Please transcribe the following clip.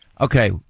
Okay